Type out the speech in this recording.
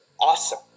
awesome